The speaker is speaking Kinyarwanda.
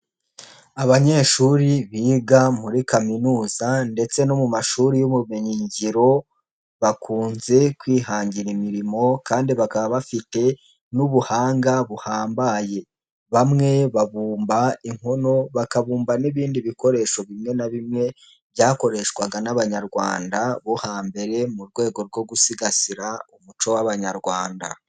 Abanyeshuri biga muri kaminuza ndetse no mu mashuri y'ubumenyingiro bakunze kwihangira imirimo kandi bakaba bafite n'ubuhanga buhambaye, bamwe babumba inkono bakabumba n'ibindi bikoresho bimwe na bimwe byakoreshwaga n'Abanyarwanda bo hambere mu rwego rwo gusigasira umuco w'Abanyarwanda.